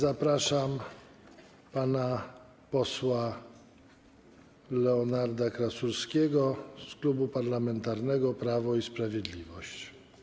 Zapraszam pana posła Leonarda Krasulskiego z Klubu Parlamentarnego Prawo i Sprawiedliwość.